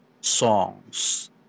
songs